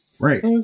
Right